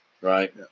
right